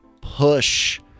push